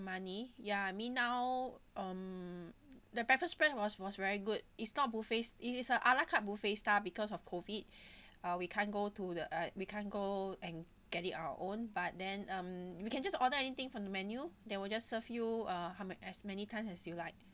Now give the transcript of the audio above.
money ya I mean now um the breakfast plan was was very good it's not buffet it is a ala carte buffet style because of COVID uh we can't go to the uh we can't go and get it our own but then um we can just order anything from the menu they will just serve you uh how man~ as many times as you like